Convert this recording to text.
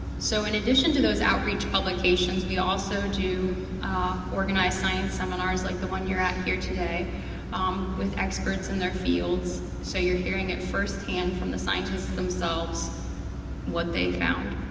so in addition to those outreach publications, we also do organized science seminars like the one you're at here today um with experts in their fields. so you're hearing it first hand from the scientists themselves, and what they found.